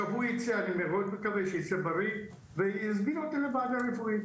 אני מקווה מאוד שהוא ייצא בריא ויזמינו אותו לוועדה רפואית.